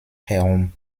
herum